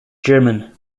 german